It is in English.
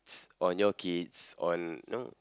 ~s on your kids on you know